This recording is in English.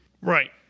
Right